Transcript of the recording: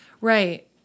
right